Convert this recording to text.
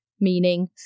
meaning